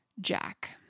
Jack